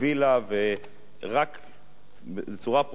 ורק בצורה פרוצדורלית,